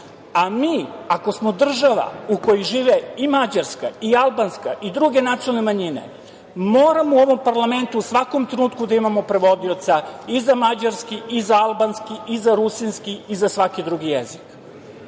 A, mi ako smo država u kojoj žive i mađarska i albanska i druge nacionalne manjine moramo u ovom parlamentu u svakom trenutku da imamo prevodioca i za mađarski i za albanski i za rusinski i za svaki drugi jezik.